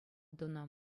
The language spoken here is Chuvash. тунӑ